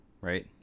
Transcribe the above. right